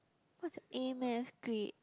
what's your a-math grade